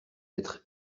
être